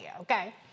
okay